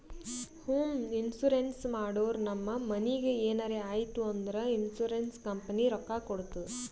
home insurance ಮಾಡುರ್ ನಮ್ ಮನಿಗ್ ಎನರೇ ಆಯ್ತೂ ಅಂದುರ್ ಇನ್ಸೂರೆನ್ಸ್ ಕಂಪನಿ ರೊಕ್ಕಾ ಕೊಡ್ತುದ್